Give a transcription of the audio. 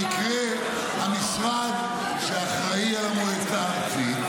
שהוא גם במקרה המשרד שאחראי למועצה הארצית.